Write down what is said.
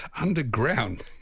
Underground